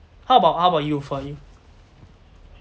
how about how about you for you